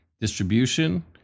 distribution